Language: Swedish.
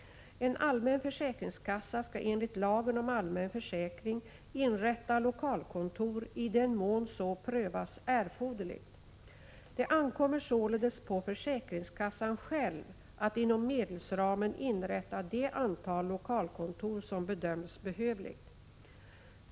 En allmän försäkringskassa skall enligt lagen om allmän försäkring inrätta lokalkontor i den mån så prövas erforderligt. Det ankommer således på försäkringskassan själv att inom medelsramen inrätta det antal lokalkontor som bedöms behövligt.